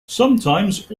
sometimes